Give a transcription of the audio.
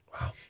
Wow